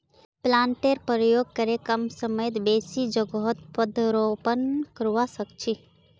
प्लांटरेर प्रयोग करे कम समयत बेसी जोगहत पौधरोपण करवा सख छी